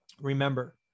Remember